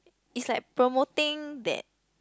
is like promoting that